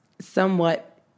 somewhat